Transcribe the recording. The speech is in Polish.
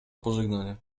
pożegnanie